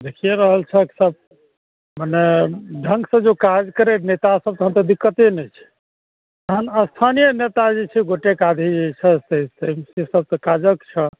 देखिये रहल छहक सब मने ढङ्गसँ जे काज करय नेता सब तखन तऽ दिक्कते नहि छै तखन स्थानीय नेता जे छै गोटेक आधेक जे छह से सब तऽ काजक छह